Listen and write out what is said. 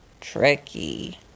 tricky